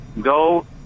go